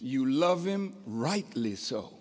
you love him rightly so